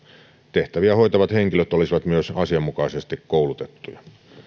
tehtäviä hoitavat henkilöt olisivat myös asianmukaisesti koulutettuja